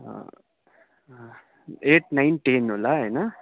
at nine र ten होला होइन